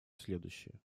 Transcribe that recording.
следующее